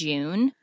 June